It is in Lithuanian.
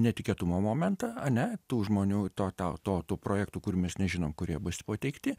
netikėtumo momentą ane tų žmonių to tau to tų projektų kur mes nežinom kurie bus pateikti